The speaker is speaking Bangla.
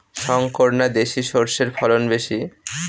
শংকর না দেশি সরষের ফলন বেশী?